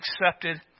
accepted